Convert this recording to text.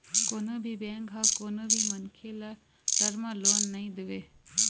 कोनो भी बेंक ह कोनो भी मनखे ल टर्म लोन नइ देवय